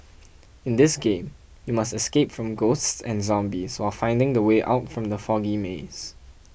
in this game you must escape from ghosts and zombies while finding the way out from the foggy maze